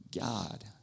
God